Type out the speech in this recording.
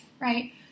right